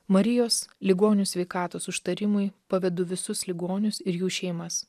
marijos ligonių sveikatos užtarimui pavedu visus ligonius ir jų šeimas